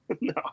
no